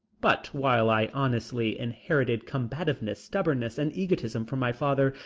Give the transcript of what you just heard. but while i honestly inherited combativeness, stubbornness and egotism from my father,